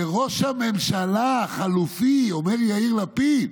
"וראש הממשלה החלופי", אומר יאיר לפיד,